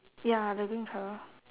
ya the green colour